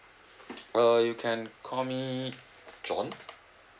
err you can call me john